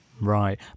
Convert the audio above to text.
Right